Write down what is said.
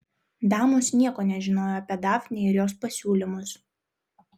damos nieko nežinojo apie dafnę ir jos pasiūlymus